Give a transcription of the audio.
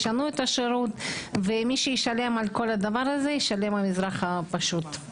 ישנו את השירות ומי שישלם על כל הדבר הזה זה האזרח הפשוט.